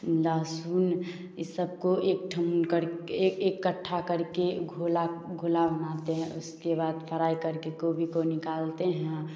लहसुन ई सबको एकठम करके इकठ्ठा करके घोला घोला बनाते हैं उसके बाद फ्राई करके गोभी को निकालते हैं